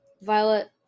Violet